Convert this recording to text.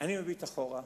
אני מביט אחורה,